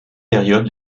périodes